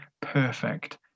perfect